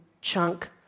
chunk